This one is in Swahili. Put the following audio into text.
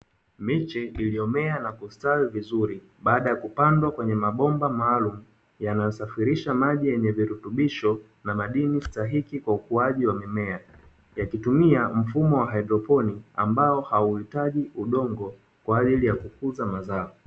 Miche iliyomea na kustawi vizuri baada ya kupandwa kwenye mabomba maalumu yanayosafirisha maji yenye virutubisho na madini stahiki kwa ukuaji wa mimea, yakitumia mfumo wa haidroponiki ambao hauhitaji udongo kwa ajili ya kukuza mazao.